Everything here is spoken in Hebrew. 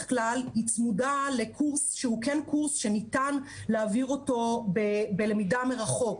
כלל צמודה לקורס שהוא כן קורס שניתן להעביר בלמידה מרחוק.